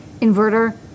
inverter